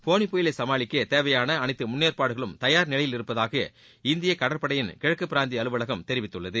ஃபோனி புயலை சமாளிக்க தேவையான அனைத்து முன்னேற்பாடுகளும் தயார் நிலையில் இருப்பதாக இந்திய கடற்படையின் கிழக்கு பிராந்திய அலுவலகம் தெரிவித்துள்ளது